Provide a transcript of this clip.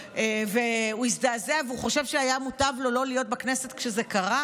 והוא מזדעזע וחושב שהיה מוטב לו לא להיות בכנסת כשזה קרה,